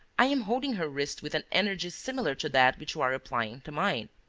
i am holding her wrist with an energy similar to that which you are applying to mine.